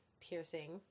piercing